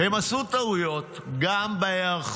הם עשו טעויות גם בהיערכות,